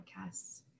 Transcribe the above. podcasts